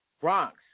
Bronx